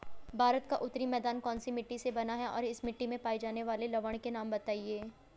भारत का उत्तरी मैदान कौनसी मिट्टी से बना है और इस मिट्टी में पाए जाने वाले लवण के नाम बताइए?